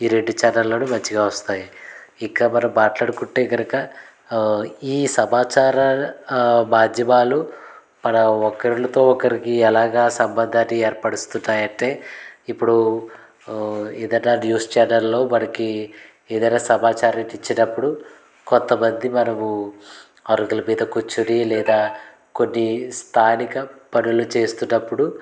ఈ రెండు ఛానల్లోను మంచిగా వస్తాయి ఇంకా మనం మాట్లాడుకుంటే కనుక ఈ సమాచార మాధ్యమాలు మన ఒకరితో ఒకరికి ఎలాగా సంబంధాన్ని ఏర్పరిస్తున్నాయి అంటే ఇప్పుడు ఏదైనా న్యూస్ ఛానల్లో మనకి ఏదైనా సమాచార వచ్చినప్పుడు కొంతమంది మనము అరుగులు మీద కూర్చొని లేదా కొన్ని స్థానిక పనులు చేస్తున్నప్పుడు